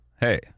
hey